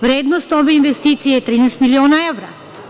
Vrednost ove investicije je 13 miliona evra.